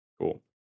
Cool